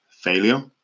Failure